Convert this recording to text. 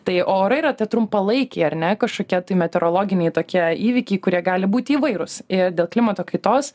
tai orai yra ta trumpalaikiai ar ne kažkokia tai meteorologiniai tokie įvykiai kurie gali būti įvairūs ir dėl klimato kaitos